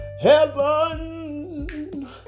heaven